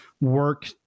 work